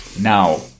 now